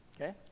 okay